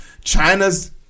China's